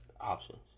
options